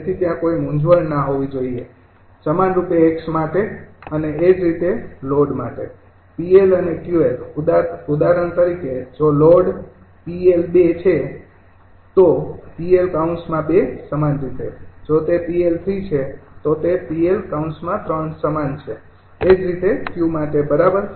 તેથી ત્યાં કોઈ મૂંઝવણ ન હોવી જોઈએ સમાનરૂપે 𝑥 માટે અને એ જ રીતે લોડ માટે 𝑃𝐿 અને 𝑄𝐿 ઉદાહરણ તરીકે જો લોડ 𝑃𝐿૨ છે હોય તો આ 𝑃𝐿૨ સમાન રીતે જો તે 𝑃𝐿૩ છે તો તે 𝑃𝐿 સમાન છે એ જ રીતે 𝑄 માટે બરાબર